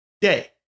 day